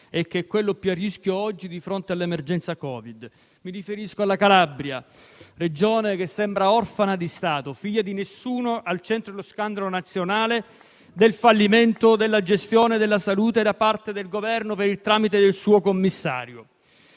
che è quello più a rischio oggi di fronte all'emergenza Covid. Mi riferisco alla Calabria, Regione che sembra orfana di Stato, figlia di nessuno, al centro dello scandalo nazionale del fallimento della gestione della salute da parte del Governo per il tramite del suo commissario.